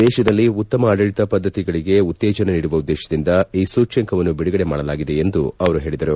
ದೇಶದಲ್ಲಿ ಉತ್ತಮ ಆಡಳಿತ ಪದ್ಧತಿಗಳಿಗೆ ಉತ್ತೇಜನ ನೀಡುವ ಉದ್ದೇಶದಿಂದ ಈ ಸೂಚ್ಯಂಕವನ್ನು ಬಿಡುಗಡೆ ಮಾಡಲಾಗಿದೆ ಎಂದು ಅವರು ಪೇಳಿದರು